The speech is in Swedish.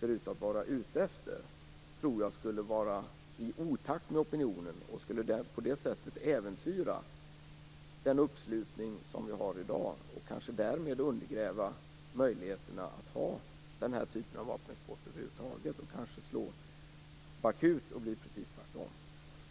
ser ut att vara ute efter skulle vara i otakt med opinionen. På det sättet skulle den äventyra den uppslutning som vi har i dag, och därmed kanske möjligheterna att ha den här typen av vapenexport över huvud taget undergrävs. Man kanske slår bakut, och det bli precis tvärtom.